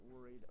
worried